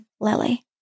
Lily